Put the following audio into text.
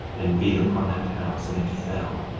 and beat upon that house and it fell,